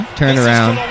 turnaround